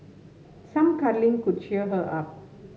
some cuddling could cheer her up